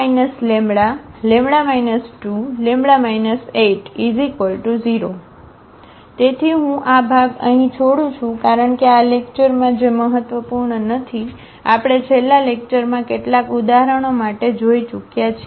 2 λλ 2λ 80 તેથી હું આ ભાગ અહીં છોડું છું કારણ કે આ લેક્ચરમાં જે મહત્વપૂર્ણ નથી આપણે છેલ્લા લેક્ચરમાં કેટલાક ઉદાહરણો માટે જોઈ ચૂક્યા છે